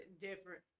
Different